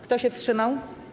Kto się wstrzymał?